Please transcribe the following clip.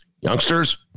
Youngsters